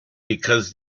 because